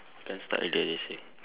can start already ah they say